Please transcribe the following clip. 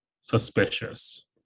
suspicious